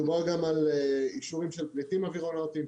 מדובר גם על אישורים של פליטים אווירונטיים,